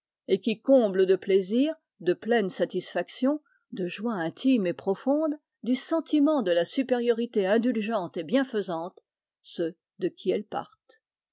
et qui comblent de plaisir de pleine satisfaction de joie intime et profonde du sentiment de la supériorité indulgente et bienfaisante ceux de qui ils